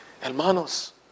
hermanos